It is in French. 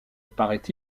parait